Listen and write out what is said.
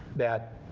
that,